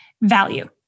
value